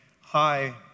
hi